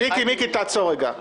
מיקי, תעצור רגע.